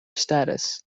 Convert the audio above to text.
status